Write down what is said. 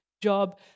job